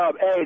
Hey